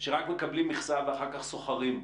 שרק מקבלים מכסה ואחר כך סוחרים בה?